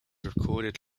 recorded